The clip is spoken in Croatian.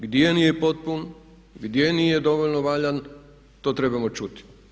Gdje nije potpun, gdje nije dovoljno valjan, to trebamo čuti.